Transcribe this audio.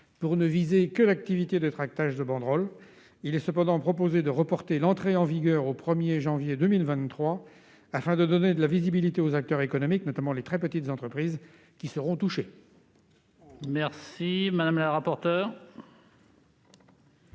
qui ne vise que l'activité de tractage de banderoles, nous paraît équilibrée. Il est cependant proposé de reporter l'entrée en vigueur au 1 janvier 2023, afin de donner de la visibilité aux acteurs économiques, notamment les très petites entreprises, qui seront touchés. Quel est l'avis de